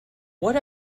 what